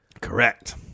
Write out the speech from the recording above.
Correct